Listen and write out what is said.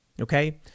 Okay